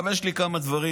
אבל יש לי כמה דברים